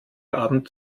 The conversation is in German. abend